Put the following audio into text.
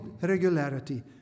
regularity